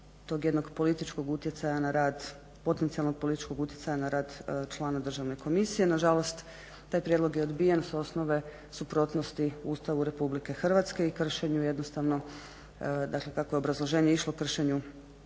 tog jednog potencijalnog političkog utjecaja na rad člana Državne komisije. Nažalost, taj prijedlog je odbijen s osnove suprotnosti Ustavu RH i kršenju jednostavno dakle kako je obrazloženje išlo kršenju